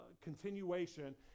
continuation